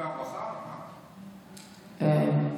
אפשר.